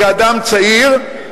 כאדם צעיר,